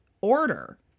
order